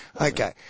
Okay